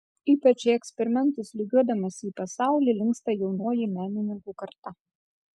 ypač į eksperimentus lygiuodamasi į pasaulį linksta jaunoji menininkų karta